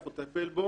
אנחנו נטפל בו